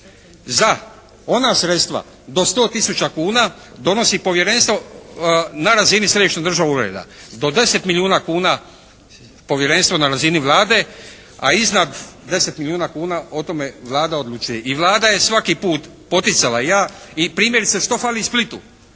Za ona sredstva do sto tisuća kuna donosi Povjerenstvo na razini Središnjeg državnog ureda. Do deset milijuna kuna Povjerenstvo na razini Vlade, a iznad deset milijuna kuna, o tome Vlada odlučuje. I Vlada je svaki put poticala. I ja, primjerice što fali Splitu?